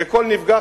וכל נפגע,